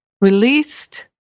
released